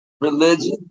religion